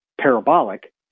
parabolic